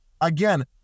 again